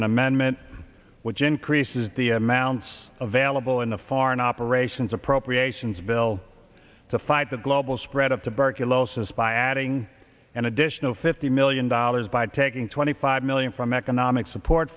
an amendment which increases the amounts of valuable in the foreign operations appropriations bill to fight the global spread of tuberculosis by adding an additional fifty million dollars by taking twenty five million from economic support